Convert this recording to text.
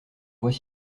vois